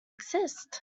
exist